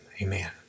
Amen